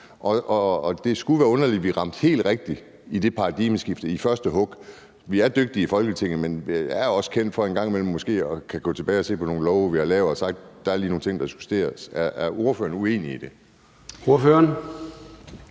og det skulle være underligt, om vi ramte helt rigtigt med det paradigmeskifte i første hug. Vi er dygtige i Folketinget, men vi er også kendt for en gang imellem at gå tilbage og se på nogle love, vi har lavet, og sige: Der er lige nogle ting, der skal justeres. Er ordføreren uenig i det?